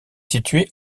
située